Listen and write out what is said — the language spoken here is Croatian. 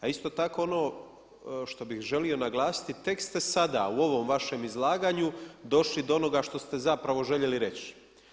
A isto tako ono što bi želio naglasiti, tek ste sada u ovom vašem izlaganju došli do onoga što ste zapravo željeli reći.